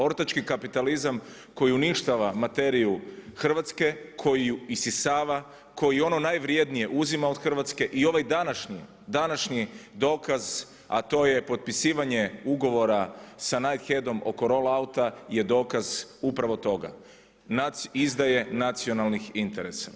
Ortački kapitalizam koji uništava materiju Hrvatske, koji ju isisava, koji ono najvrjednije uzima od Hrvatske i ovaj današnji dokaz a to je potpisivanje ugovora sa Knightheadom oko roll outa je dokaz upravo toga, izdaje nacionalnih interesa.